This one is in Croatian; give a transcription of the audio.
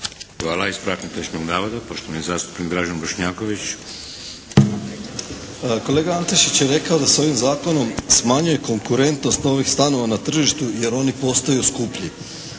Hvala. Ispravak netočnog navoda, poštovani zastupnik Dražen Bošnjaković. **Bošnjaković, Dražen (HDZ)** Kolega Antešić je rekao da se ovim zakonom smanjuje konkurentnost ovih stanova na tržištu jer oni postaju skuplji.